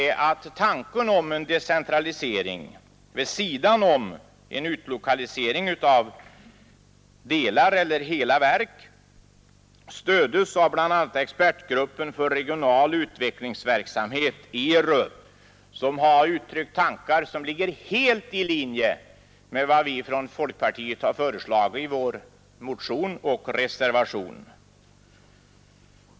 Tanken om en decentralisering — vid sidan om utlokalisering av delar av verk eller hela verk — stöds av bl.a. expertgruppen för regional utredningsverksamhet, ERU, vilken har uttryckt tankar som ligger helt i linje med vad vi från folkpartiet har föreslagit i vår motion och i reservationen.